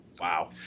Wow